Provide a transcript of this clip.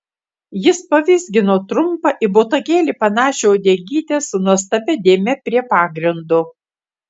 jis pavizgino trumpą į botagėlį panašią uodegytę su nuostabia dėme prie pagrindo